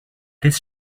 this